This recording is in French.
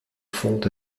font